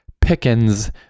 Pickens